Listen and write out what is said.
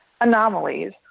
anomalies